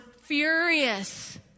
furious